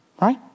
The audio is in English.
right